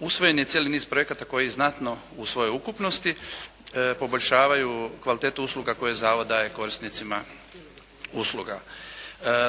usvojen je cijeli niz projekata koji znatno u svojoj ukupnosti poboljšavaju kvalitetu usluga koje Zavod daje korisnicima usluga.